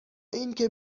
اینکه